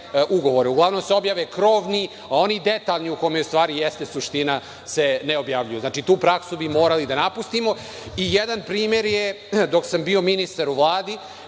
Uglavnom se objave krovni, a oni detaljni u kome u stvari jeste suština se ne objavljuju. Tu praksu bi morali da napustimo. Jedan primer je, do sam bio ministar u Vladi,